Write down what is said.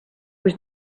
was